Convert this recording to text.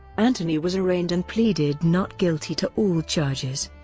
anthony was arraigned and pleaded not guilty to all charges.